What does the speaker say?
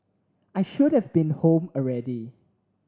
I should have been home already